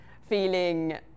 feeling